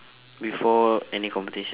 before any competition